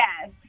Yes